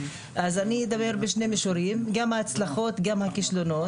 אדבר בשני מישורים גם ההצלחות וגם הכישלונות.